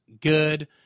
good